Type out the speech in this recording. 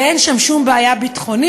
ואין שם שום בעיה ביטחונית,